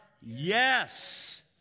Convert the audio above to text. yes